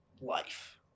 life